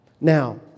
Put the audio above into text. Now